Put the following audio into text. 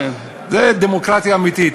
זו דמוקרטיה אמיתית.